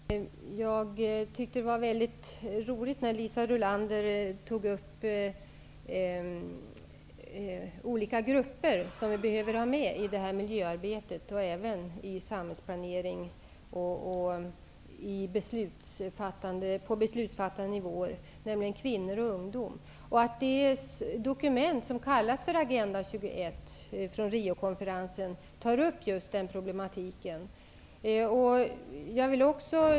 Herr talman! Jag tyckte att det var roligt att Liisa Rulander talade om olika grupper som vi behöver ha med i miljöarbetet och även i samhällsplanering och på beslutsfattande nivå, nämligen kvinnor och ungdomar. I det dokument från Riokonferensen som kallas för Agenda 21 tas just den problematiken upp.